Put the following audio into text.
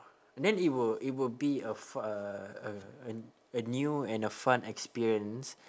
then it will it will be a fu~ uh a a a new and a fun experience